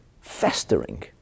festering